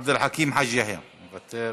עבד אל חכים חאג' יחיא, מוותר.